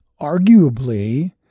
arguably